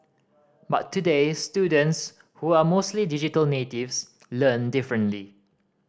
but today students who are mostly digital natives learn differently